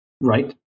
Right